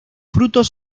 frutos